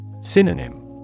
Synonym